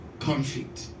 conflict